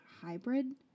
hybrid